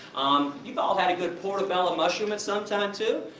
um you've all had a good portobello mushroom at some time, too.